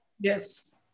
Yes